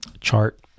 chart